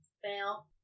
Fail